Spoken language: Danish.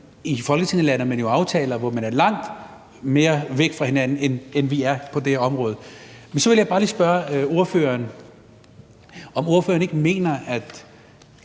i Folketinget lander man jo aftaler, hvor man er meget længere væk fra hinanden, end vi er på det her område. Så vil jeg bare lige spørge ordføreren, om ordføreren ikke mener, at